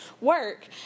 work